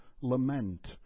lament